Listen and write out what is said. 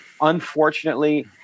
unfortunately